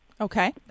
okay